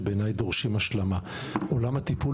שבעיניי דורשים השלמה: עולם הטיפול